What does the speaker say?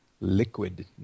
Liquid